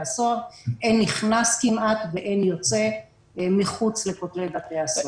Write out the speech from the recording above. הסוהר: אין נכנס כמעט ואין יוצא מחוץ לכותלי בתי הסוהר.